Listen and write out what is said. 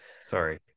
Sorry